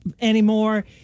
anymore